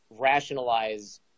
rationalize